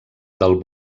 del